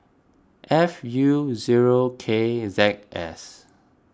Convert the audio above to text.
F U zero K Z S